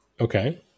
Okay